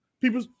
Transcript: people